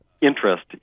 interest